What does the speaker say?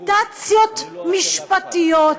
מוטציות משפטיות,